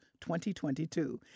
2022